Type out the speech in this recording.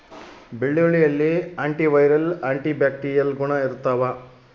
ಬೆಳ್ಳುಳ್ಳಿಯಲ್ಲಿ anti viral anti bacterial ಗುಣ ಇರ್ತಾವ